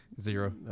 Zero